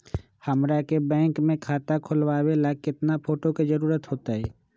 हमरा के बैंक में खाता खोलबाबे ला केतना फोटो के जरूरत होतई?